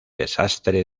desastre